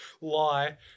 lie